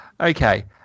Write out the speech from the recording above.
Okay